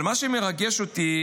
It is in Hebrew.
אבל מה שמרגש אותי